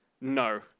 No